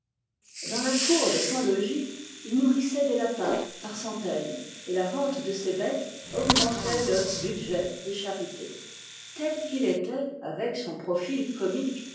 dans la cour de son logis il nourrissait des lapins par centaines et la vente de ces bêtes augmentait le budget des charités tel qu'il était avec son profil comique